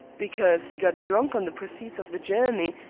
because he got drunk on the proceeds of the journey,